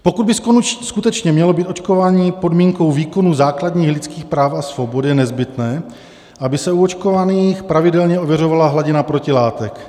Pokud by skutečně mělo být očkování podmínkou výkonu základních lidských práv a svobod, je nezbytné, aby se u očkovaných pravidelně ověřovala hladina protilátek.